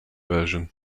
version